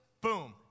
boom